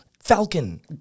falcon